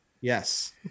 Yes